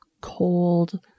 cold